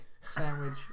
sandwich